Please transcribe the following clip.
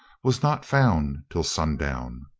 was not found till sundown.